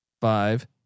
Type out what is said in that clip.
five